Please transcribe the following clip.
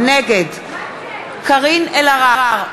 נגד קארין אלהרר,